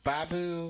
Babu